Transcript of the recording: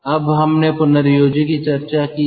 अब हमने पुनर्योजी की चर्चा की है